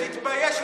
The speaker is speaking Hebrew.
תתבייש לך.